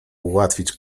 ułatwić